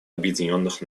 объединенных